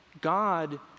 God